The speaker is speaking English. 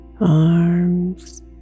arms